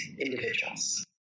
individuals